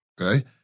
okay